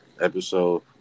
episode